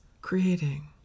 creating